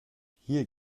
hier